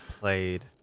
played